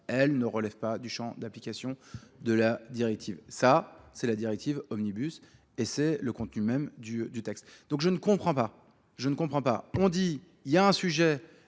elles ne relèvent pas du champ d'application de la directive. Ça, c'est la directive Omnibus et c'est le contenu même du texte. Donc je ne comprends pas. Je ne comprends pas.